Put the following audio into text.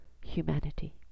humanity